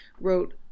wrote